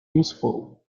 useful